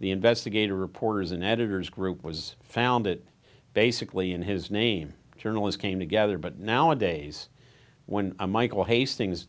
the investigative reporters and editors group was found it basically in his name journalist came together but nowadays when michael hastings